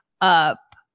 up